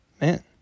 Man